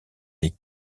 les